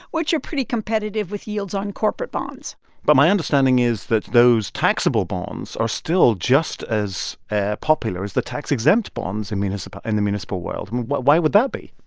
which are pretty competitive with yields on corporate bonds but my understanding is that those taxable bonds are still just as popular as the tax-exempt bonds and in and the municipal world. why would that be?